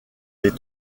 les